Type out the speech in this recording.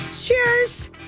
Cheers